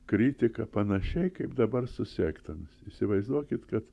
kritika panašiai kaip dabar su sektomis įsivaizduokit kad